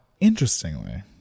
interestingly